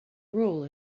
rule